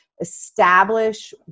establish